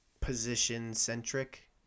position-centric